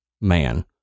man